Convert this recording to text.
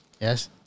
Yes